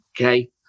okay